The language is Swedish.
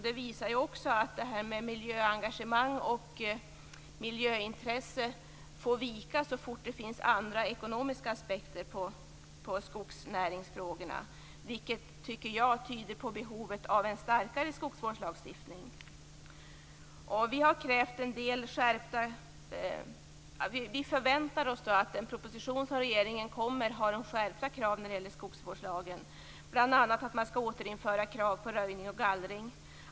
Det visar också att detta med miljöengagemang och miljöintresse får vika så fort det finns andra, ekonomiska aspekter på skogsnäringsfrågorna, vilket jag tycker tyder på behovet av en starkare skogsvårdslagstiftning. Vi förväntar oss att regeringens proposition innehåller skärpta krav när det gäller skogsvårdslagen, bl.a. att man skall återinföra krav på röjning och gallring.